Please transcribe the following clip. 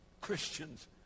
Christians